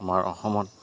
আমাৰ অসমত